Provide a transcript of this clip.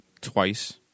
twice